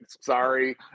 sorry